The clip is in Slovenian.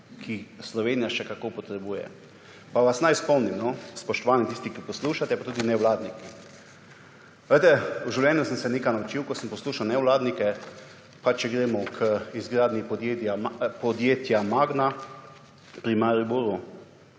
jih Slovenija še kako potrebuje. Pa vas naj spomnim, no, spoštovani tisti, ki poslušate in tudi nevladniki. Glejte, v življenju sem se nekaj naučil, ko sem poslušal nevladnike. Pa če gremo k izgradnji podjetja Magna pri Mariboru,